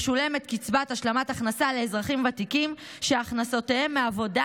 משולמת קצבת השלמת הכנסה לאזרחים ותיקים שהכנסותיהם מעבודה